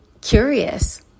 curious